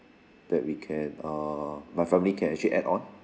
that we can err my family can actually add on